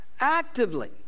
actively